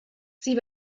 sie